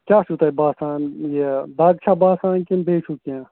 کیٛاہ چھُو تۄہہِ باسان یہِ دَگ چھا باسان کِنہٕ بیٚیہِ چھُو کیٚنٛہہ